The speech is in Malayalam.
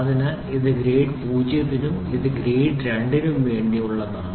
അതിനാൽ ഇത് ഗ്രേഡ് 0 നും ഇത് ഗ്രേഡ് 2 നും വേണ്ടിയുള്ളതാണ്